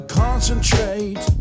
concentrate